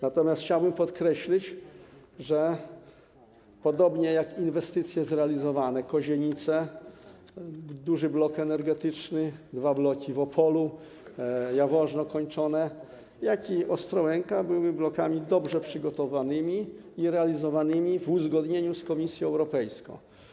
Natomiast chciałbym podkreślić, że zarówno inwestycje zrealizowane - Kozienice, duży blok energetyczny, dwa bloki w Opolu, Jaworzno kończone - jak i Ostrołęka były blokami dobrze przygotowanymi i realizowanymi w uzgodnieniu z Komisją Europejską.